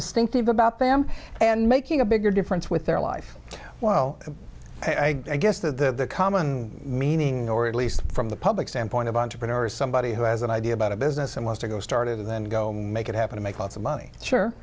distinctive about them and making a bigger difference with their life well i guess the common meaning or at least from the public standpoint of entrepreneurs somebody who has an idea about a business and wants to go started and then go make it happen to make lots of money